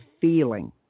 feeling